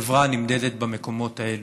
חברה נמדדת במקומות האלה.